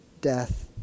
death